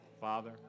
Father